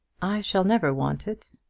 i shall never want it.